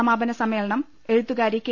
സമാപന സമ്മേളനം എഴുത്തുകാരി കെ